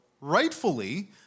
rightfully